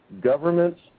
governments